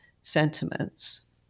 sentiments